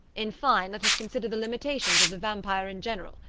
in fine, let us consider the limitations of the vampire in general,